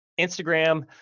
Instagram